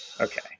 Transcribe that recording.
Okay